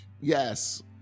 Yes